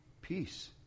peace